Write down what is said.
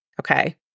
Okay